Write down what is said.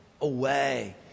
away